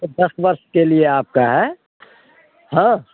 तो दस वर्ष के लिए आपका है हाँ